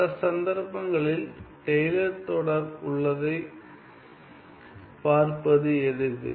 மற்ற சந்தர்ப்பங்களில் டெய்லர் தொடர் உள்ளதைப் பார்ப்பது எளிது